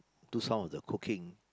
do some of the cooking